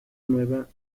nueva